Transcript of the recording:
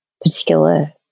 particular